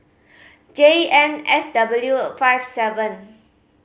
J N S W five seven